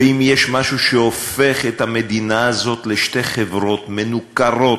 ואם יש משהו שהופך את המדינה הזאת לשתי חברות מנוכרות,